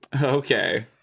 Okay